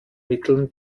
mitteln